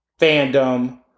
fandom